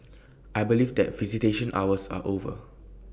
I believe that visitation hours are over